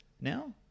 now